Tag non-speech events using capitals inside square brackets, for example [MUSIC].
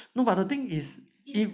no but the thing is [NOISE]